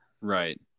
Right